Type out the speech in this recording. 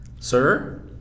Sir